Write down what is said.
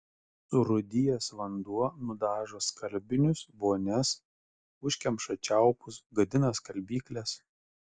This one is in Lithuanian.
surūdijęs vanduo nudažo skalbinius vonias užkemša čiaupus gadina skalbykles